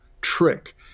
trick